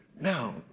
Now